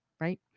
right